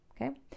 Okay